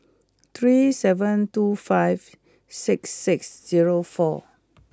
three seven two five six six zero four